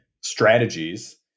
strategies